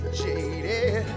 jaded